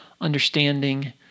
understanding